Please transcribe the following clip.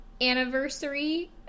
anniversary